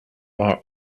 our